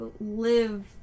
live